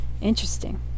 Interesting